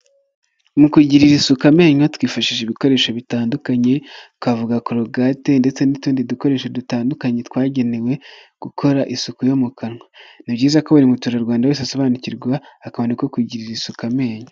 Mu kugirira isuku amenyo twifashisha ibikoresho bitandukanye twavuga corogate ndetse n'utundi dukoresho dutandukanye twagenewe gukora isuku yo mu kanwa, ni byiza ko buri muturarwanda wese asobanukirwa akantu ko kugirira isuka amenyo.